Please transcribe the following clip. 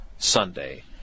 sunday